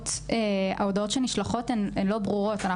ההודעות שנשלחות הן לא ברורות.